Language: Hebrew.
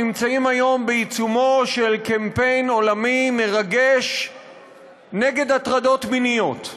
נמצאים בעיצומו של קמפיין עולמי מרגש נגד הטרדות מיניות,